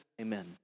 amen